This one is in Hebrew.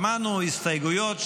שמענו הסתייגויות,